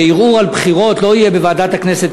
שערעור על בחירות לא יהיה בוועדת הכנסת,